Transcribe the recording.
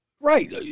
right